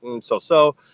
so-so